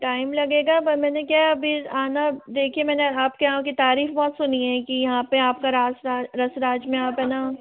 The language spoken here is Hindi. टाइम लगेगा पर मैंने क्या अभी आना देखिए मैंने आपके यहाँ की तारीफ बहुत सुनी है कि यहाँ पे आपका रसराज में आप है ना